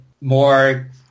more